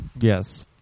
Yes